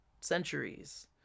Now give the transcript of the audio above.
centuries